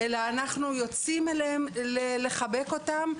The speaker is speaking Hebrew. אלא אנחנו יוצאים לחבק אותם.